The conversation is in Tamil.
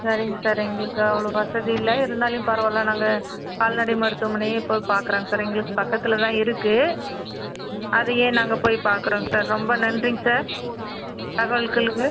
சரிங்க சார் எங்களுக்கு அவ்வளோ வசதி இல்லை இருந்தாலும் பரவாயில்லை நாங்கள் கால்நடை மருத்துவமனையே போய் பார்க்குறோங்க சார் எங்களுக்கு பக்கத்தில் தான் இருக்குது அதையே நாங்கள் போய் பார்க்கறோங்க சார் ரொம்ப நன்றிங்க சார் தகவல்களுக்கு